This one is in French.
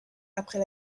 après